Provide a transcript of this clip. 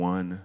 One